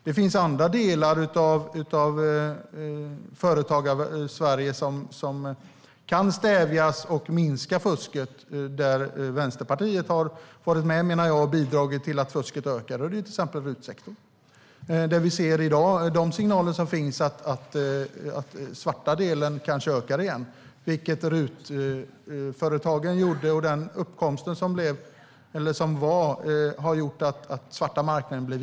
Det finns andra delar av Företagarsverige där man kan stävja och minska fusket, men där har Vänsterpartiet varit med, menar jag, och bidragit till att fusket ökar. Det handlar till exempel om RUT-sektorn. Det finns signaler i dag som visar att den svarta delen kanske ökar igen, efter att uppkomsten av RUT-företagen gjorde den svarta marknaden vit.